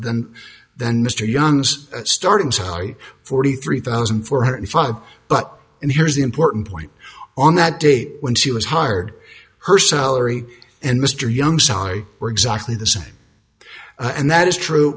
than than mr young's starting salary forty three thousand four hundred five but and here's the important point on that day when she was hired her salary and mr young salary were exactly the same and that is true